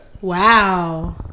Wow